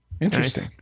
Interesting